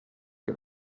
que